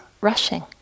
rushing